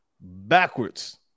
backwards